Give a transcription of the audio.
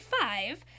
five